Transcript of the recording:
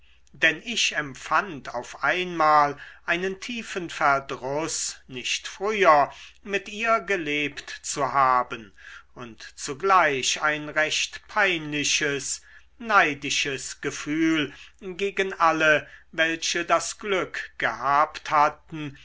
denn ich empfand auf einmal einen tiefen verdruß nicht früher mit ihr gelebt zu haben und zugleich ein recht peinliches neidisches gefühl gegen alle welche das glück gehabt hatten